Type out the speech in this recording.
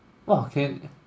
!wah! can